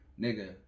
Nigga